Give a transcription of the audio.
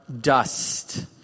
dust